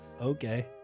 okay